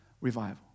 revival